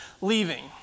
leaving